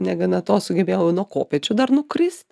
negana to sugebėjau nuo kopėčių dar nukrist